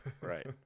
Right